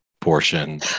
portion